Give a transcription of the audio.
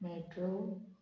metro